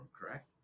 correct